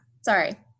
Sorry